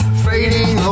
fading